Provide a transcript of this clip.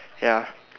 ya